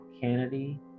Kennedy